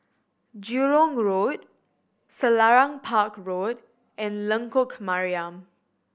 Jurong Road Selarang Park Road and Lengkok Mariam